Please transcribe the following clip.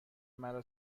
مرا